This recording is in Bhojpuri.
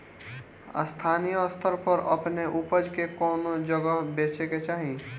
स्थानीय स्तर पर अपने ऊपज के कवने जगही बेचे के चाही?